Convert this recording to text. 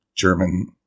German